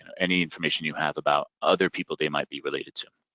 any information you have about other people they might be related to.